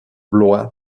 blois